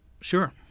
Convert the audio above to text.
sure